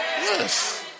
Yes